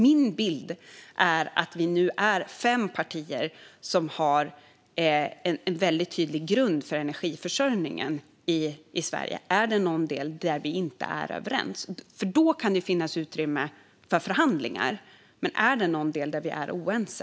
Min bild är att vi nu är fem partier som har en tydlig grund för energiförsörjningen i Sverige. Är det någon del där vi inte är överens? Då kan det finnas utrymme för förhandlingar. Men finns det någon del där vi är oense?